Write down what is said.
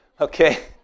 Okay